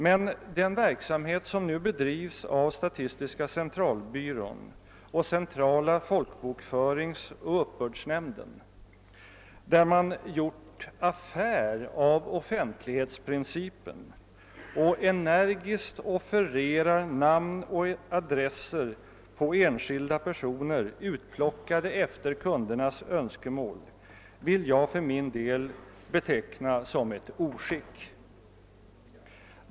Men den verksamhet som nu bedrivs av statistiska centralbyrån och centrala folkbokföringsoch uppbördsnämnden, där man gjort affär av offentlighetsprincipen och energiskt offererar namn och adresser på enskilda personer, utplockade efter kundernas önskemål, vill jag för min del beteckna som ett oskick.